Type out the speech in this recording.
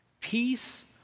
Peace